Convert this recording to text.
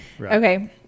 Okay